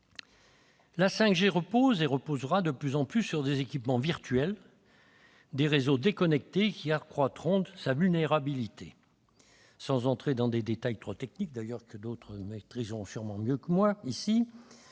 La 5G repose et reposera de plus en plus sur des équipements virtuels, des réseaux déconnectés qui accroîtront sa vulnérabilité. Sans entrer dans des détails trop techniques, que d'autres ici maîtrisent d'ailleurs sûrement mieux que moi,